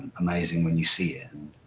amazing when you see it.